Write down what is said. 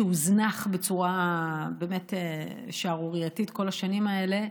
שהוזנח בצורה באמת שערורייתית כל השנים האלה,